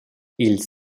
ils